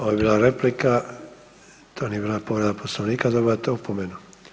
Ovo je bila replika, to nije bila povreda Poslovnika, dobivate opomenu.